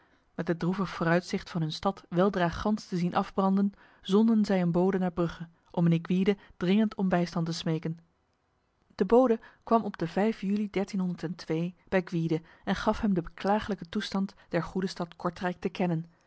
met het droevig vooruitzicht van hun stad weldra gans te zien afbranden zonden zij een bode naar brugge om mijnheer gwyde dringend om bijstand te smeken de bode kwam op de juli bij gwyde en gaf hem de beklagelijke toestand der goede stad kortrijk te kennen